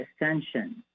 Ascension